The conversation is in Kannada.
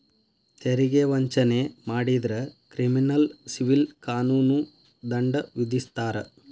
ತೆರಿಗೆ ವಂಚನೆ ಮಾಡಿದ್ರ ಕ್ರಿಮಿನಲ್ ಸಿವಿಲ್ ಕಾನೂನು ದಂಡ ವಿಧಿಸ್ತಾರ